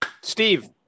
steve